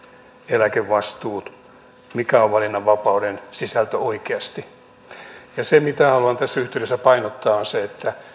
eläkevastuut se mikä on valinnanvapauden sisältö oikeasti se mitä haluan tässä yhteydessä painottaa on se että